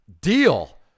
Deal